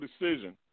decision